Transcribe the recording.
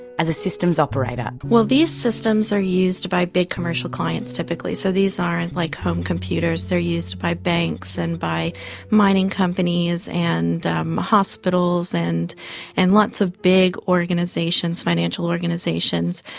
as a systems operator. well, these systems are used by big commercial clients typically. so these aren't like home computers, they're used by banks, and by mining companies, and hospitals, and and lots of big financial organisations.